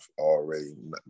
already